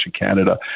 Canada